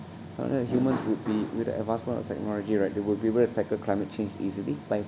humans would be with the advancement of technology right they will be able to tackle climate change easily by